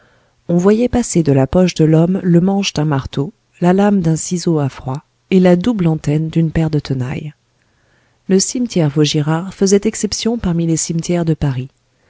on voyait passer de la poche de l'homme le manche d'un marteau la lame d'un ciseau à froid et la double antenne d'une paire de tenailles le cimetière vaugirard faisait exception parmi les cimetières de paris